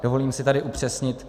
Dovolím si tady upřesnit.